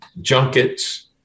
junkets